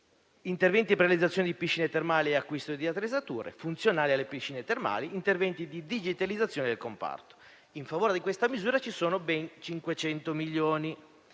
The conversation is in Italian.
interventi per la realizzazione di piscine termali e acquisto di attrezzature funzionali alle piscine termali, gli interventi di digitalizzazione del comparto. In favore di questa misura sono stanziati ben 500 milioni